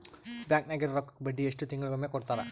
Bank ನಾಗಿರೋ ರೊಕ್ಕಕ್ಕ ಬಡ್ಡಿ ಎಷ್ಟು ತಿಂಗಳಿಗೊಮ್ಮೆ ಕೊಡ್ತಾರ?